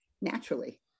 naturally